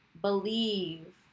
believe